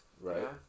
Right